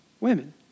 Women